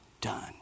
done